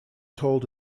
told